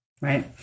right